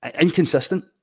Inconsistent